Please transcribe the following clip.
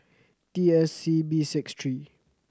T S C B six three